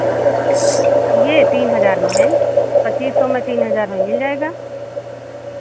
ये तीन हज़ार में है पच्चीस सौ में तीन हज़ार में मिल जाएगा